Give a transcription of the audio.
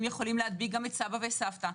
יכולים להדביק גם את סבא וסבתא,